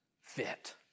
fit